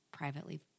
privately